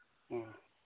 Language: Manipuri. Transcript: ꯑꯣ